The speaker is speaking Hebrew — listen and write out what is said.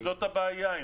זו הבעיה.